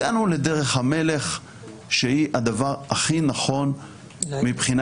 הגענו לדרך המלך שהיא הדבר הכי נכון מבחינה